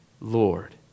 Lord